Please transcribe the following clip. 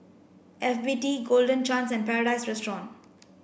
F B T Golden Chance and Paradise Restaurant